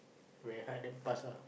very hard to pass lah